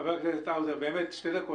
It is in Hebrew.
חבר הכנסת האוזר, בבקשה.